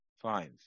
five